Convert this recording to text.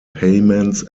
payments